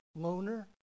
loaner